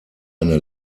eine